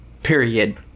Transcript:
Period